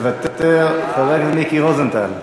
מוותר, חבר הכנסת מיקי רוזנטל,